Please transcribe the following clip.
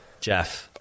Jeff